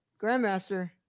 Grandmaster